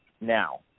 now